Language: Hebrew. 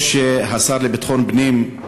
טוב שהשר לביטחון פנים,